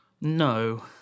No